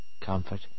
comfort